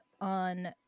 on